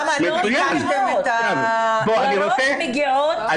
כמה מגיעות מחוסרות הכרה וכמה ביקשתם --- הרוב מגיעות בהכרה,